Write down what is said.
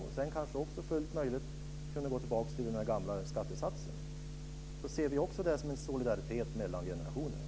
Sedan är det kanske också fullt möjligt att gå tillbaka till den gamla skattesatsen. Vi ser också det här som en solidaritet mellan generationerna.